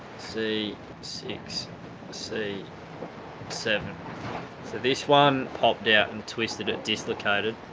c six c seven so this one popped out and twisted, it dislocated,